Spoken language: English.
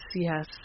yes